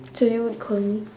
so they would call me